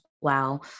wow